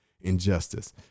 injustice